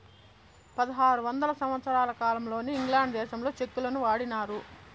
పదహారు వందల సంవత్సరాల కాలంలోనే ఇంగ్లాండ్ దేశంలో చెక్కులను వాడినారు